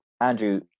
Andrew